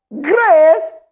Grace